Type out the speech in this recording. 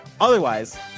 Otherwise